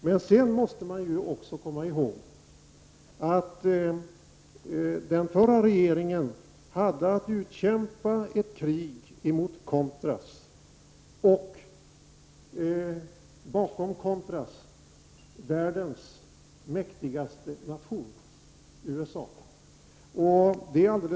Sedan måste man också komma ihåg att den förra regeringen hade att utkämpa ett krig mot contras och bakom contras världens mäktigaste nation, USA.